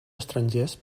estrangers